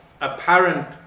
apparent